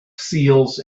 seals